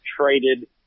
traded